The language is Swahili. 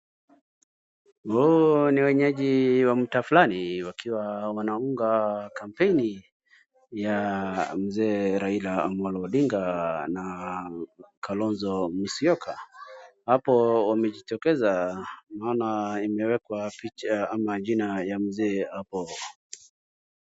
Huu ni wenyeji wa mtaa fulani wakiwa wanaunga kampeni ya mzee Raila Amolo Odinga na Kalonzo Musyoka. Hapo wamejitokeza. Naona imewekwa picha ama jina ya mzee hapo.